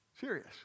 Serious